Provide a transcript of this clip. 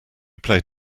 played